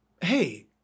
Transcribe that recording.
Hey